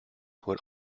would